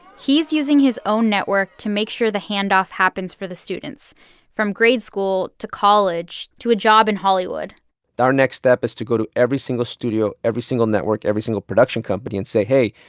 he's using his own network to make sure the handoff happens for the students from grade school to college to a job in hollywood our next step is to go to every single studio, every single network, every single production company and say, hey,